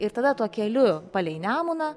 ir tada tuo keliu palei nemuną